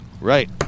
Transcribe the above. Right